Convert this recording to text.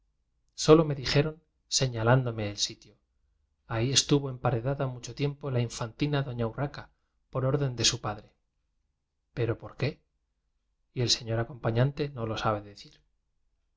solo me dijeron señalándome el si tio ahí estuvo emparedada mucho tiempo la infantina doña urraca por orden de su padre pero por qué y el señor acompañante no lo sabe decir